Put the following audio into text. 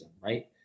Right